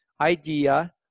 idea